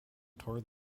toward